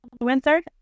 winter